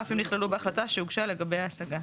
אף אם נכללו בהחלטה שהוגשה לגביה השגה.